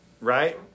Right